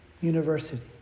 University